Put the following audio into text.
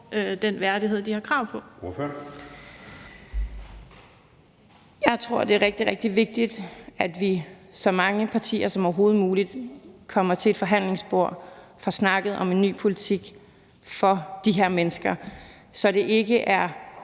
Maria Durhuus (S): Jeg tror, det er rigtig, rigtig vigtigt, at vi i så mange partier som overhovedet muligt kommer til et forhandlingsbord og får snakket om en ny politik for de her mennesker, så det ikke er